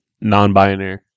non-binary